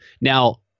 Now